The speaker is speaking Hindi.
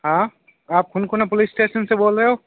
हाँ आप खुनखुने पुलिस स्टेशन से बोल रहे हो